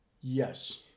Yes